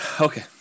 okay